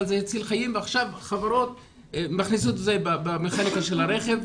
אבל זה הציל חיים ועכשיו חברות מכניסות את זה במכניקה של הרכב,